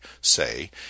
say